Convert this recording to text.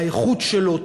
האיכות שלו,